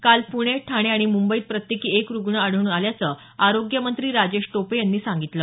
काल पुणे ठाणे आणि मुंबईत प्रत्येकी एक रुग्ण आढळून आल्याचं आरोग्यमंत्री राजेश टोपे यांनी सांगितलं